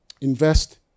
Invest